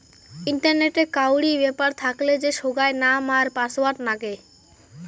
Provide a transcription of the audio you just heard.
ইন্টারনেটে কাউরি ব্যাপার থাকলে যে সোগায় নাম আর পাসওয়ার্ড নাগে